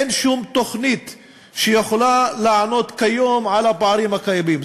אין שום תוכנית שיכולה לענות כיום על הפערים הקיימים.